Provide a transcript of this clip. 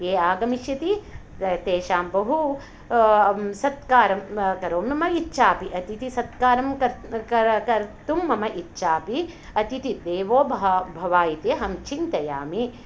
ये आगमिष्यन्ति तेषां बहु अहं सत्कारं करोमि मम इच्छापि अतिथिसत्कारं कर्तुं मम इच्छापि अतिथि देवो भव इति अहं चिन्तयामि